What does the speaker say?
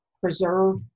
preserve